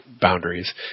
boundaries